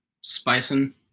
spicing